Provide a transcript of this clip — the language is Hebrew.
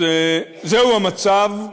אז זה המצב.